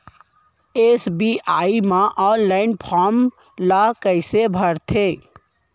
SBI म online form ल कइसे भरथे?